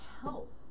help